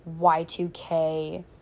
y2k